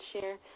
share